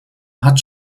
hat